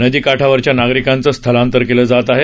नदी काठावरच्या नागरिकांचं स्थलांतर केलं जात आहे